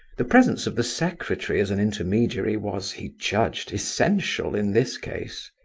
the presence of the secretary as an intermediary was, he judged, essential in this case.